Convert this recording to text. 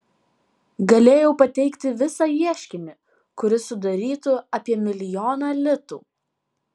galėjau pateikti visą ieškinį kuris sudarytų apie milijoną litų